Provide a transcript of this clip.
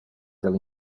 del